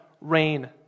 rain